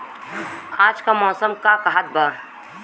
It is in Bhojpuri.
आज क मौसम का कहत बा?